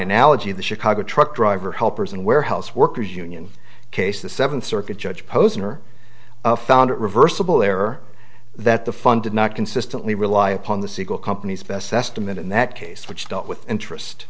analogy the chicago truck driver helpers and warehouse workers union case the seventh circuit judge posner found it reversible error that the funded not consistently rely upon the siegel company's best estimate in that case which dealt with interest